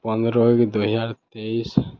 ପନ୍ଦର ଏକ ଦୁଇହଜାର ତେଇଶ